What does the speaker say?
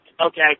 okay